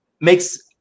makes